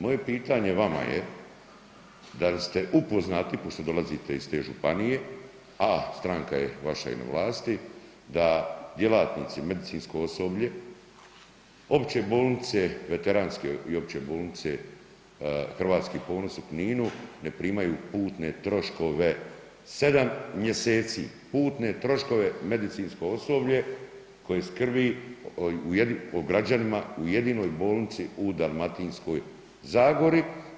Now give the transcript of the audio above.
Moje pitanje vama je da li ste upoznati pošto dolazite iz te županije, a stranka je vaša na vlasti da djelatnici, medicinsko osoblje opće bolnice veteranske i Opće bolnice Hrvatski ponos u Kninu ne primaju putne troškove, 7 mjeseci putne troškove medicinsko osoblje koje skrbi o građanima u jedinoj bolnici u Dalmatinskoj zagori.